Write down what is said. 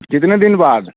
कितने दिन बाद